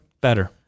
Better